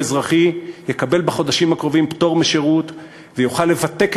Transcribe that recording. אזרחי יקבל בחודשים הקרובים פטור משירות ויוכל לבתק